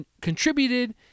contributed